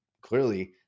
clearly